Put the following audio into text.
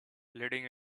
leading